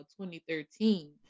2013